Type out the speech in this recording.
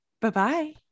Bye-bye